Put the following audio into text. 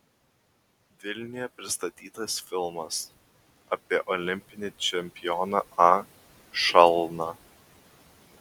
vilniuje pristatytas filmas apie olimpinį čempioną a šalną